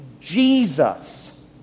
Jesus